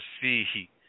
see